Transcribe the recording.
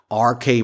RK